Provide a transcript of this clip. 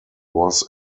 was